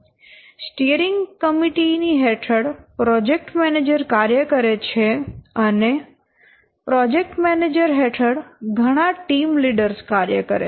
steering committee ની હેઠળ project manager કાર્ય કરે છે અને પ્રોજેક્ટ મેનેજર હેઠળ ઘણા ટીમ લીડર્સ કાર્ય કરે છે